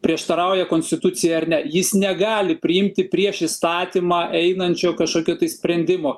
prieštarauja konstitucijai ar ne jis negali priimti prieš įstatymą einančio kažkokio tai sprendimo